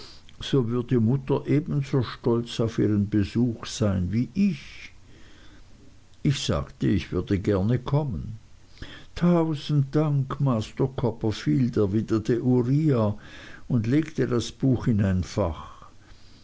so würde mutter ebenso stolz auf ihren besuch sein wie ich ich sagte ich würde gerne kommen tausend dank master copperfield erwiderte uriah und legte das buch in ein fach